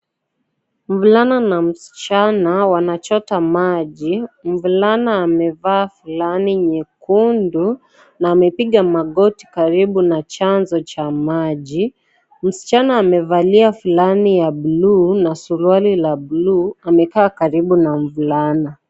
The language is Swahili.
Mvulana na msichana wanachota maji. Mvulana amevaa fulani nyekundu na amepiga magoti karibu na chanzo cha maji. Msichana amevalia fulani ya blu na surwali la blu amekaa karibu na mvulana.